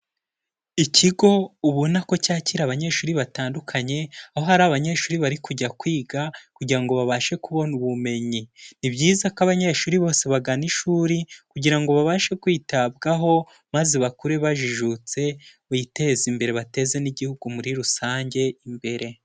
Ikigo ubona ko cyakira abanyeshuri batandukanye, aho hari abanyeshuri bari kujya kwiga kugira ngo babashe kubona ubumenyi, ni byiza ko abanyeshuri bose bagana ishuri kugira ngo babashe kwitabwaho maze bakure bajijutse biteze imbere bateze n'igihugu muri rusange imbere.